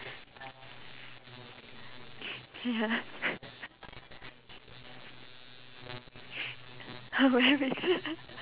I will wear red